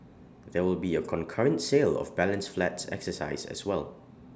there will be A concurrent sale of balance flats exercise as well